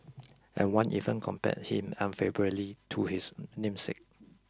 and one even compared him unfavourably to his namesake